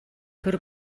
төр